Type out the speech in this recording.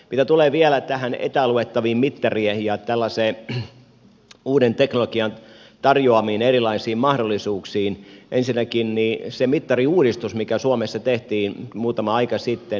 mitä tulee vielä etäluettaviin mittareihin ja uuden teknologian tarjoamiin erilaisiin mahdollisuuksiin niin ensinnäkin se mittariuudistus mikä suomessa tehtiin muutama aika sitten